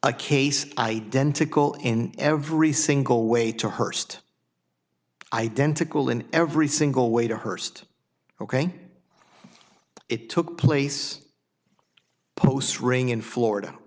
a case identical in every single way to hurst identical in every single way to hearst ok it took place posts ring in florida